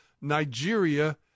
Nigeria